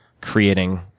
creating